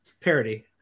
parody